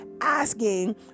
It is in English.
asking